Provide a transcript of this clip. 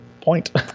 point